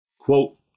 Quote